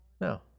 No